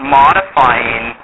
modifying